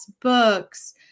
books